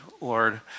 Lord